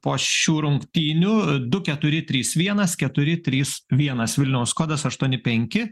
po šių rungtynių du keturi trys vienas keturi trys vienas vilniaus kodas aštuoni penki